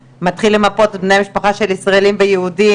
אני גם שמעתי שזה לא נרשם שנישואים באופן מלא,